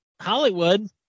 Hollywood